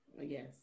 yes